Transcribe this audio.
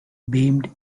beamed